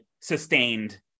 sustained